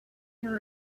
your